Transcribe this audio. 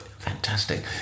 Fantastic